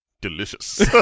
Delicious